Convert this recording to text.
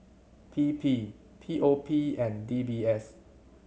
P P P O P and D B S